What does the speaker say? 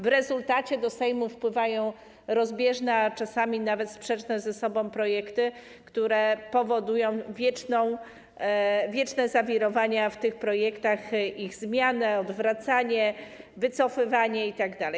W rezultacie do Sejmu wpływają rozbieżne, a czasami nawet sprzeczne ze sobą projekty, które powodują wieczne zawirowania w tych projektach, ich zmianę, odwracanie, wycofywanie itd.